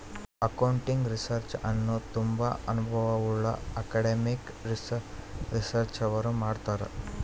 accounting research ಅನ್ನು ತುಂಬಾ ಅನುಭವವುಳ್ಳ ಅಕಾಡೆಮಿಕ್ ರಿಸರ್ಚ್ನವರು ಮಾಡ್ತರ್